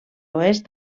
oest